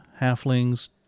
halflings